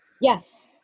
Yes